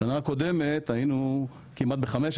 בשנה הקודמת היינו כמעט ב-15,